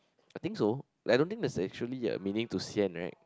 I think so I don't think there's actually a meaning to sian right